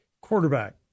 quarterback